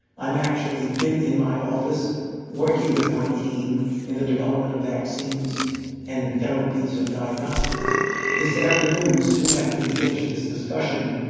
i'm actually been in my office working with my team in the development of vaccines and in therapies and diagnostics this afternoon, soon after we finished this discussion.